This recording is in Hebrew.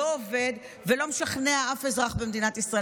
לא עובד ולא משכנע אף אזרח במדינת ישראל.